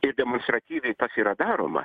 ir demonstratyviai tas yra daroma